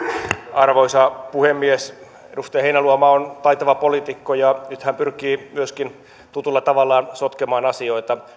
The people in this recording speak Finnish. arvoisa puhemies edustaja heinäluoma on taitava poliitikko ja nyt hän pyrkii myöskin tutulla tavallaan sotkemaan asioita